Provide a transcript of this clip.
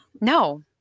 no